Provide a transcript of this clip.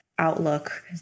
outlook